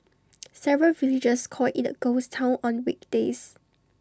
several villagers call IT A ghost Town on weekdays